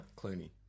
Clooney